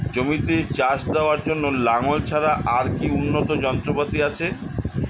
জমিতে চাষ দেওয়ার জন্য লাঙ্গল ছাড়া আর কি উন্নত যন্ত্রপাতি আছে?